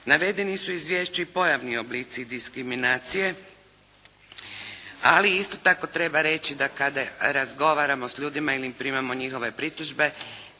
Navedeni su u izvješću i pojavni oblici diskriminacije, ali isto tako treba reći da kada razgovaramo sa ljudima ili primamo njihove pritužbe